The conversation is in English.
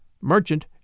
merchant